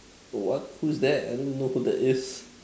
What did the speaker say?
what who's that I don't know who that is